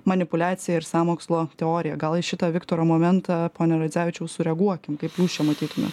manipuliacija ir sąmokslo teorija gal į šitą viktoro momentą pone radzevičiau sureaguokim kaip jūs čia matytumėt